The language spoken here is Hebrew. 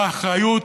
באחריות,